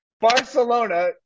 Barcelona